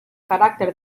caràcter